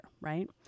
right